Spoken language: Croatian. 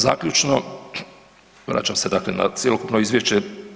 Zaključno, vraćam se dakle na cjelokupno izvješće.